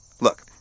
Look